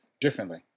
differently